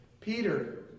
Peter